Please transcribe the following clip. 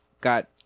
got